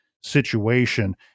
situation